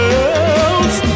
else